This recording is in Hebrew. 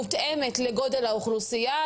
מותאמת לגודל האוכלוסייה,